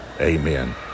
amen